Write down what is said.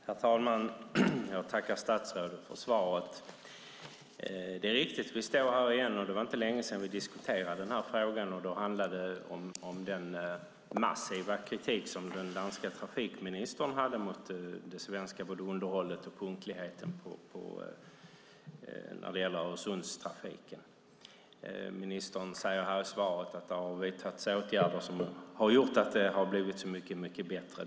Herr talman! Tack, statsrådet, för svaret. Nu står vi här igen, och det är riktigt att det inte var länge sedan vi diskuterade den här frågan. Då handlade det om den massiva kritik som den danska trafikministern hade mot det svenska underhållet och punktligheten när det gäller Öresundstrafiken. Ministern säger i svaret att det har vidtagits åtgärder så att det har blivit mycket bättre.